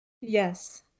Yes